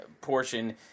portion